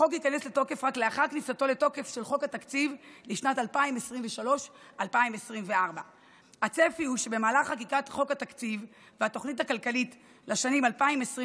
החוק ייכנס לתוקף רק לאחר כניסתו לתוקף של חוק התקציב לשנת 2024-2023. הצפי הוא שבמהלך חקיקת חוק התקציב והתוכנית הכלכלית לשנים 2023